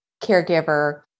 caregiver